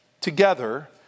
together